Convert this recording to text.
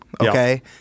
okay